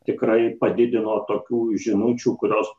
tikrai padidino tokių žinučių kurios